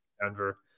Denver